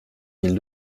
mille